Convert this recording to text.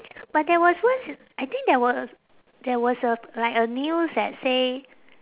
but there was once I think there was there was a like a news that say